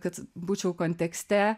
kad būčiau kontekste